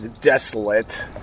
desolate